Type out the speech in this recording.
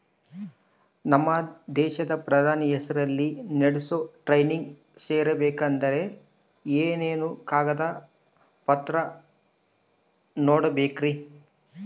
ನಮ್ಮ ದೇಶದ ಪ್ರಧಾನಿ ಹೆಸರಲ್ಲಿ ನಡೆಸೋ ಟ್ರೈನಿಂಗ್ ಸೇರಬೇಕಂದರೆ ಏನೇನು ಕಾಗದ ಪತ್ರ ನೇಡಬೇಕ್ರಿ?